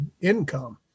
income